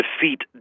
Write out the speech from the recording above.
defeat